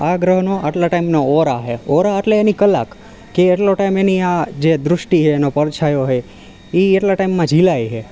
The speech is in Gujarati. આ ગ્રહનો આટલા ટાઈમનો ઓરા છે ઓરા એટલે એની કલાક કે એટલો ટાઈમ એની આ દૃષ્ટિ છે એનો પડછાયો છે એ એટલા ટાઈમમાં ઝીલાય છે